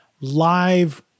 live